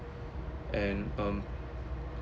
and um